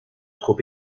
trop